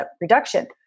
reduction